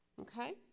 Okay